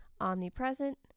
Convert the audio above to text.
omnipresent